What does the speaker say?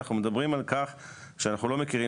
אנחנו מדברים על כך שאנחנו לא מכירים